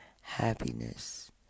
happiness